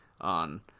on